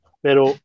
pero